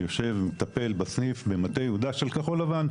אני יושב ומטפל בסניף במטה יהודה של כחול לבן.